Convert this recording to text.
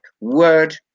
word